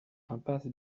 impasse